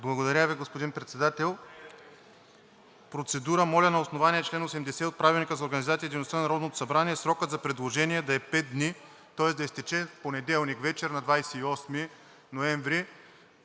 Благодаря Ви, господин Председател. Процедура. Моля, на основание чл. 80 от Правилника за организацията и дейността на Народното събрание срокът за предложение да е пет дни, тоест да изтече в понеделник вечер, на 28 ноември.